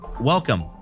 Welcome